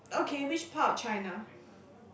okay which part of China